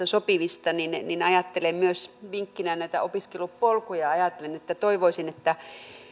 sopivista opiskelupaikoista niin ajattelen myös vinkkinä näitä opiskelupolkuja ajatellen että toivoisin että